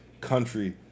country